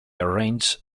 arranged